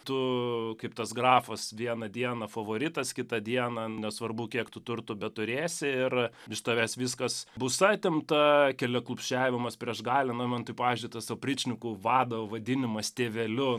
tu kaip tas grafas vieną dieną favoritas kitą dieną nesvarbu kiek tu turtų beturėsi ir iš tavęs viskas bus atimta keliaklupsčiavimas prieš galią na man tai pavyzdžiui tas opričnikų vado vadinimas tėveliu